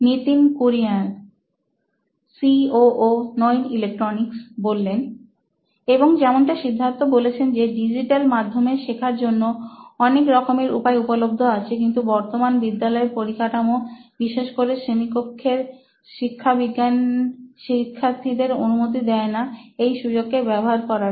Nitin Kurian C O O নোইন electronics এবং যেমনটা সিদ্ধার্থ বলেছেন যে ডিজিটাল মাধ্যমে শেখা জন্য অনেক রকমের উপায় উপলব্ধ আছে কিন্তু বর্তমানে বিদ্যালয়ের পরিকাঠামো বিশেষ করে শ্রেণিকক্ষের শিক্ষা বিজ্ঞান শিক্ষার্থীদের অনুমতি দেয় না এই সুযোগকে ব্যবহার করার